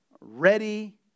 ready